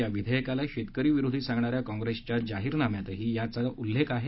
या विधेयकाला शेतकरी विरोधी सांगणा या काँग्रेसच्या जाहीरनाम्यातही याचा उल्लेख आहे